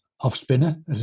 off-spinner